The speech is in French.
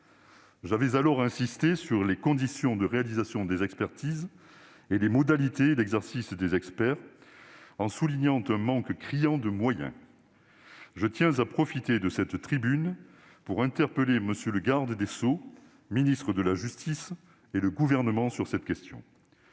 J'avais alors insisté sur les conditions de réalisation des expertises et les modalités d'exercice des experts, en soulignant un manque criant de moyens. Je tiens à profiter de cette tribune pour interpeller M. le garde des sceaux, ministre de la justice, et le Gouvernement sur cette question.